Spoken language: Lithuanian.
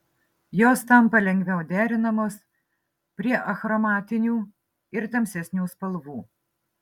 jos tampa lengviau derinamos prie achromatinių ir tamsesnių spalvų